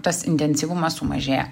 tas intensyvumas sumažėja